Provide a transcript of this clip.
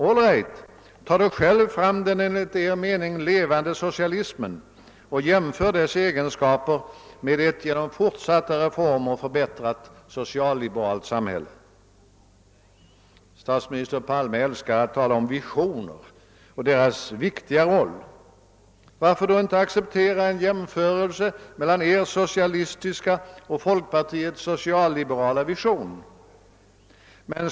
All right, tag då själva fram den enligt er mening levande socialismen och jämför dess egenskaper med ett genom fortsatta reformer förbättrat socialliberalt samhälle! Herr Palme älskar att tala om visioner och deras viktiga roll. Varför då inte acceptera en jämförelse mellan er socialistiska och folkpartiets socialliberala vision?